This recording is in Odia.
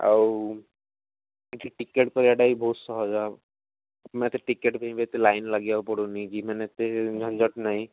ଆଉ ଏଠି ଟିକେଟ୍ କରିବାଟା ବି ବହୁତ ସହଜ ହବ ଆମେ ତ ଟିକେଟ୍ ପାଇଁ ବି ଏତେ ଲାଇନ ଲାଗିବକୁ ପଡୁନି ମାନେ ଏତେ ଝନ୍ଝଟ୍ ନାହିଁ